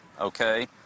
Okay